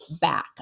back